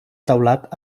teulat